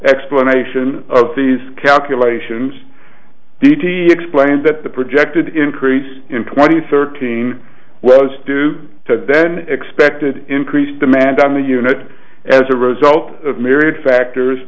explanation of these calculations explains that the projected increase in twenty thirteen was due to then expected increase demand on the unit as a result of myriad factors